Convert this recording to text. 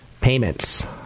Payments